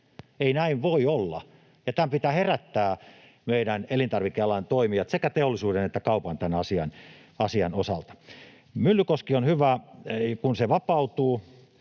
Ei näin voi olla, ja tämän pitää herättää meidän elintarvikealan toimijat, sekä teollisuus että kauppa, tämän asian osalta. Myllykoski, on hyvä, kun se vapautuu.